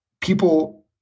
people